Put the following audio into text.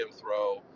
throw